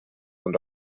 und